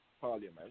parliament